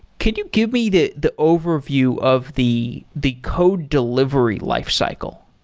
can you give me the the overview of the the code delivery lifecycle?